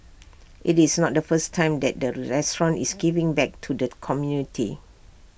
IT is not the first time that the restaurant is giving back to the community